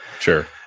Sure